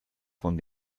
von